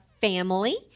family